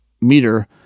meter